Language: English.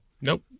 Nope